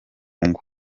ngo